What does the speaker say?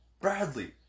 Bradley